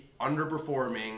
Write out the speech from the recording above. underperforming